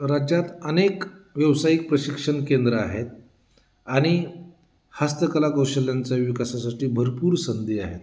राज्यात अनेक व्यावसायिक प्रशिक्षण केंद्रं आहेत आणि हस्तकला कौशल्यांचा विकासासाठी भरपूर संंधी आहेत